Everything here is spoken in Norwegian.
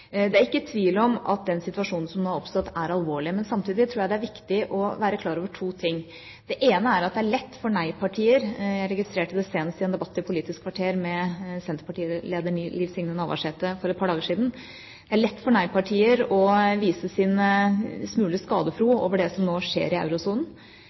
Det er ikke tvil om at den situasjonen som nå har oppstått, er alvorlig. Samtidig tror jeg det er viktig å være klar over to ting: Det ene er at det er lett for nei-partier – jeg registrerte det senest i en debatt i Politisk kvarter med Senterpartiets leder Liv Signe Navarsete for et par dager siden – å vise sin smule skadefryd over det som nå skjer i eurosonen. For